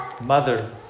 mother